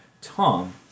Tom